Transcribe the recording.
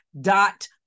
dot